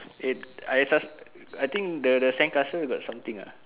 it I sus~ I think the the sandcastle got something uh